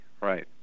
Right